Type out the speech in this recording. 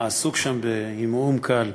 העסוק שם בהמהום קל,